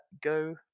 go